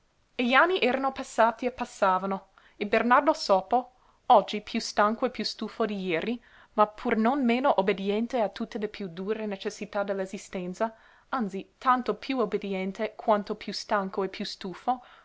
gli anni erano passati e passavano e bernardo sopo oggi piú stanco e piú stufo di jeri ma pur non meno obbediente a tutte le piú dure necessità dell'esistenza anzi tanto piú obbediente quanto piú stanco e piú stufo